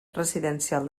residencial